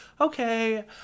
okay